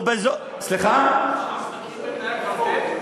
או, "חמאס" מכיר בתנאי הקוורטט?